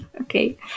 Okay